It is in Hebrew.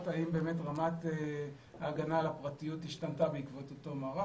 האם באמת רמת ההגנה על הפרטיות השתנתה בעקבות אותו מערך.